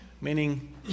meaning